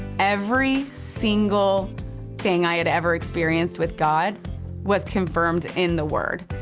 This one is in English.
every single thing i had ever experienced with god was confirmed in the word.